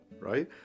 Right